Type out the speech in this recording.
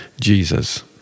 Jesus